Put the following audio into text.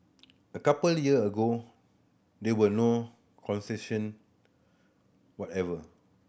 a couple year ago there were no concession whatever